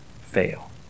fail